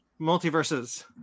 multiverses